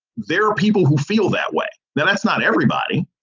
there are people who feel that way. then that's not everybody.